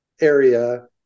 area